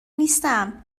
نیستم